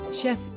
Chef